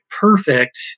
perfect